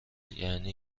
یعنی